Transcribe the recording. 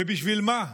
ובשביל מה?